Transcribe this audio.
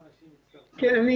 כן,